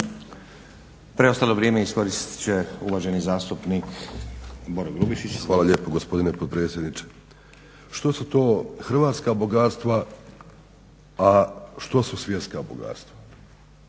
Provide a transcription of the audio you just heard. Preostalo vrijeme iskoristit će uvaženi zastupnik Boro Grubišić. **Grubišić, Boro (HDSSB)** Hvala lijepo gospodine potpredsjedniče. Što su to hrvatska bogatstva, a što su svjetska bogatstva?